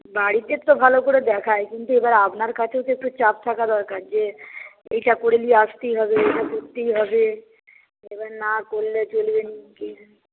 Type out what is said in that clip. বাড়িতে তো ভালো করে দেখাই কিন্তু এবার আপনার কাছেও তো একটু চাপ থাকা দরকার যে এটা করে নিয়ে আসতেই হবে এটা করতেই হবে এবার না করলে চলবে নি কি